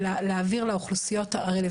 לכן ציינתי את עמדות השירות שפרוסות ברחבי